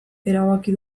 erabaki